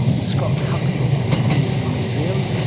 scott hocknull at the queensland museum,